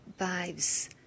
vibes